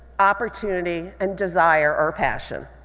opportunity, and desire or passion.